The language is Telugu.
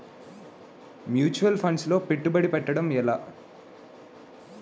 ముచ్యువల్ ఫండ్స్ లో పెట్టుబడి పెట్టడం ఎలా?